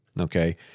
okay